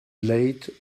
late